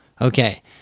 Okay